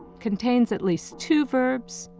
contains at least two verbs,